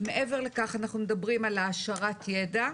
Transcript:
מעבר לכך אנחנו מדברים על העשרת ידע.